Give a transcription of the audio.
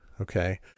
okay